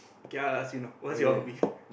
okay I I ask you now what's your hobby